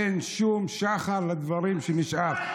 אין שום שחר לדברים ששאלו.